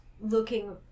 looking